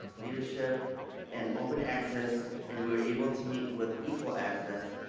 leadership and open access and we are able to meet with equual access,